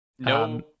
no